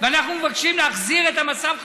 ואנחנו מבקשים להחזיר את המצב בחזרה,